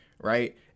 right